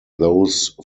those